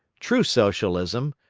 true socialism,